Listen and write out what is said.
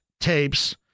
tapes